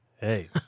Hey